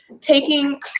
taking